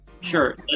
sure